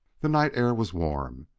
the night air was warm,